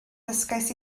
dysgais